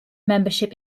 membership